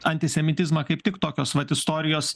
antisemitizmą kaip tik tokios vat istorijos